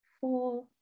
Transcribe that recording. four